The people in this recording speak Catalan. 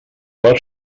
per